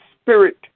spirit